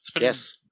Yes